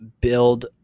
build